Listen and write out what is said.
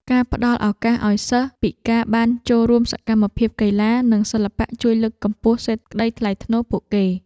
ការផ្តល់ឱកាសឱ្យសិស្សពិការបានចូលរួមសកម្មភាពកីឡានិងសិល្បៈជួយលើកកម្ពស់សេចក្តីថ្លៃថ្នូរពួកគេ។